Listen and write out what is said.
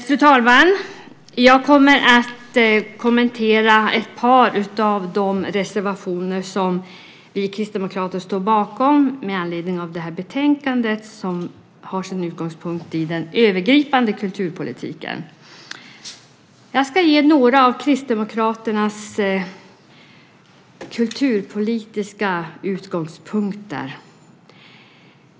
Fru talman! Jag kommer att kommentera ett par av de reservationer som vi kristdemokrater står bakom med anledning av det här betänkandet, som tar sin utgångspunkt i den övergripande kulturpolitiken. Jag ska ta upp några av Kristdemokraternas kulturpolitiska utgångspunkter.